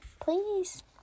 please